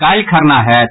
काल्हि खरना होयत